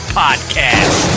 podcast